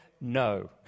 no